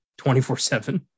24-7